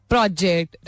project